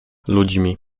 ludźmi